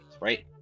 right